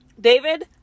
David